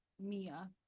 Mia